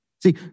See